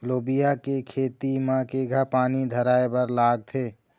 लोबिया के खेती म केघा पानी धराएबर लागथे?